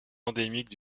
endémique